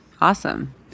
Awesome